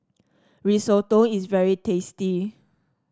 risotto is very tasty